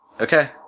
Okay